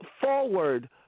forward